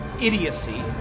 idiocy